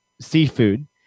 seafood